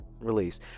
release